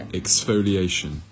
exfoliation